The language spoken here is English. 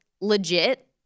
legit